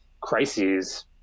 crises